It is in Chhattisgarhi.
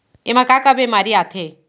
एमा का का बेमारी आथे?